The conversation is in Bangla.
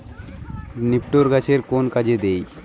নিপটর গাছের কোন কাজে দেয়?